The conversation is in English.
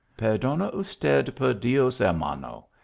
per dona usted per dios hermano!